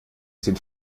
sind